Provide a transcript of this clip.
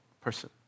person